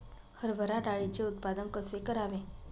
हरभरा डाळीचे उत्पादन कसे करावे?